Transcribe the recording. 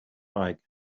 bag